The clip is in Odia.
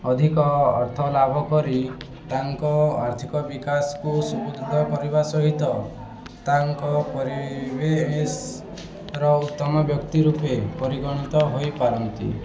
ଅଧିକ ଅର୍ଥ ଲାଭ କରି ତାଙ୍କ ଆର୍ଥିକ ବିକାଶକୁ ସୁଦୃଢ଼ କରିବା ସହିତ ତାଙ୍କ ପରିବେଶର ଉତ୍ତମ ବ୍ୟକ୍ତି ରୂପେ ପରିଗଣିତ ହୋଇପାରନ୍ତି